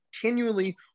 continually